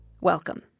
Welcome